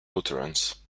lutherans